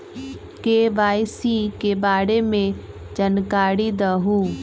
KYC के बारे में जानकारी दहु?